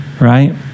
right